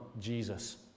Jesus